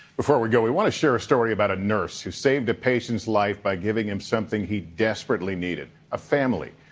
before we go, we want to share a story about a nurse, who saved a patient's life by giving him something he desperately needed, a family.